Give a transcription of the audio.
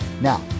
Now